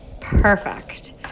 Perfect